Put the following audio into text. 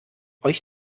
euch